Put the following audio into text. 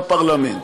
בפרלמנט?